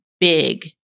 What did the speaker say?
big